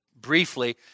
briefly